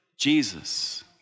Jesus